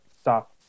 stop